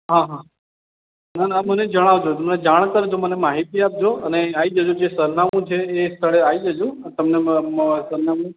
હા હા ના ના મને જણાવજો મને જાણ કરજો મને માહિતી આપજો અને આવી જજો જે સરનામું છે એ સ્થળે આવી જજો તમને સરનામું